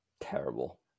Terrible